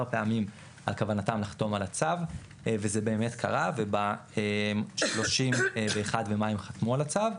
פעמים על כוונתם לחתום על הצוו וזה באמת קרה וב-31 במאי הם חתמו על הצו.